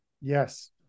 Yes